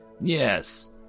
Yes